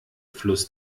fluss